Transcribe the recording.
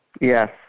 Yes